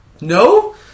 No